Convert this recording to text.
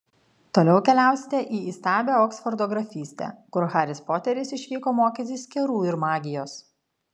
toliau keliausite į įstabią oksfordo grafystę kur haris poteris išvyko mokytis kerų ir magijos